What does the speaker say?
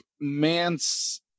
Mance